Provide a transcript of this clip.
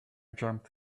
jumped